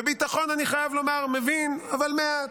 בביטחון, חייב לומר, אני מבין, אבל מעט.